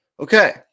Okay